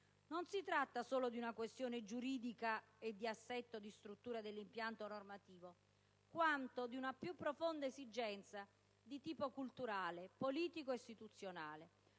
Non si tratta solo di una questione giuridica e di assetto e di struttura dell'impianto normativo, quanto di una più profonda esigenza di tipo culturale, politico e istituzionale,